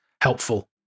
helpful